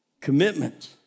Commitment